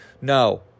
No